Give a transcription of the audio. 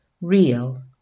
real